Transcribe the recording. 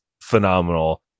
Phenomenal